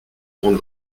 grande